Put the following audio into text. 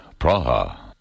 Praha